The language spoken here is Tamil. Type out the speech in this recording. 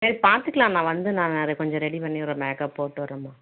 சரி பார்த்துக்கலாம் நான் வந்து நான் கொஞ்சம் ரெடி பண்ணிவிட்றேன் மேக்கப் போட்டுவிட்றேம்மா